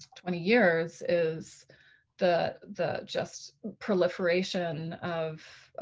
twenty years is the the just proliferation of